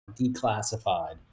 declassified